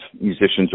musicians